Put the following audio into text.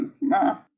No